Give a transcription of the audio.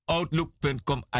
Outlook.com